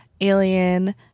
alien